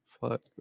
Fuck